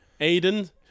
Aiden